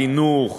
חינוך,